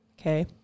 Okay